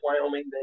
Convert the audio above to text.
Wyoming